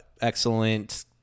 excellent